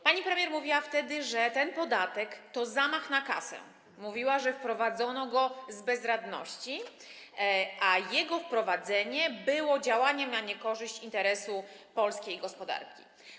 Pani premier mówiła wtedy, że ten podatek to zamach na kasę, mówiła, że wprowadzono go z bezradności, a jego wprowadzenie było działaniem na niekorzyść interesu polskiej gospodarki.